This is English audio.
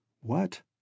What